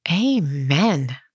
Amen